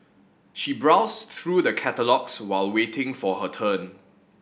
she browsed through the catalogues while waiting for her turn